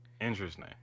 Interesting